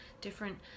different